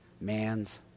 man's